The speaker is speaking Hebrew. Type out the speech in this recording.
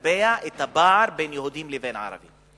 מקבע את הפער בין היהודים לבין הערבים.